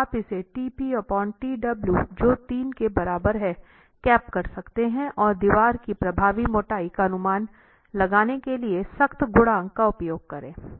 आप इसे t p t w जो 3 के बराबर है कैप कर सकते हैं और दीवार की प्रभावी मोटाई का अनुमान लगाने के लिए सख्त गुणांक का उपयोग करें